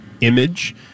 image